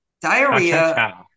diarrhea